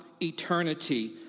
eternity